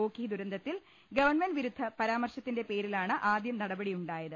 Ockhi government ഗവൺമെന്റ് വിരുദ്ധ പരാമർശത്തിന്റെ പേരി ലാണ് ആദ്യം നടപടിയുണ്ടായത്